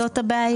זאת הבעיה.